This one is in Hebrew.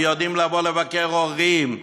ויודעים לבוא לבקר הורים,